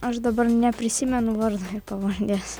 aš dabar neprisimenu vardo pavardės